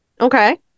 okay